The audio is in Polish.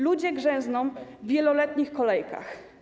Ludzie grzęzną w wieloletnich kolejkach.